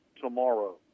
tomorrow